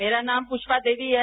मेरा नाम पुष्पा देवी है